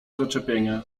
zaczepienia